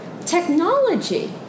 technology